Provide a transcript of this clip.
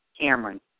Cameron